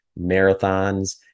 marathons